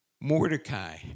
Mordecai